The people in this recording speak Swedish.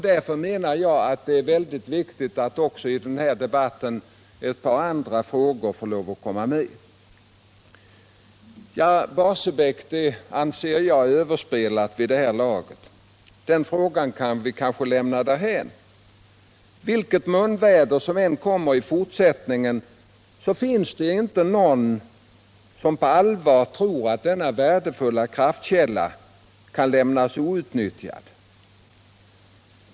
Därför är det viktigt att också ett par andra frågor får komma med i den här debatten. Frågan om Barsebäck anser jag vara överspelad vid det här laget, så den kan vi kanske lämna därhän. Vilket munväder som än kommer att användas i fortsättningen, finns det väl inte någon som på allvar tror att denna värdefulla kraftkälla kan lämnas outnyttjad.